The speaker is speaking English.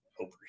over